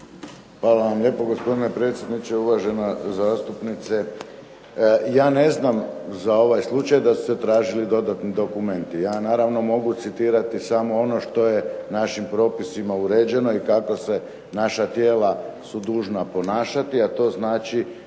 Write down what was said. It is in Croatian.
Hvala lijepo gospodine predsjedniče. Uvažena zastupnice, ja ne znam za ovaj slučaj da su se tražili dodatno dokumenti. Ja naravno mogu citirati samo ono što je našim propisima uređeno i kako su se naša tijela dužna ponašati a to znači